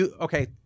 okay